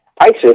ISIS